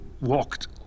walked